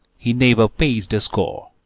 he never pays the score.